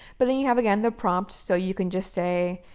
but then you have, again, the prompt. so you can just say,